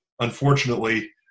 unfortunately